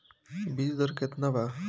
बीज दर केतना वा?